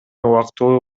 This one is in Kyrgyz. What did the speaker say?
убактылуу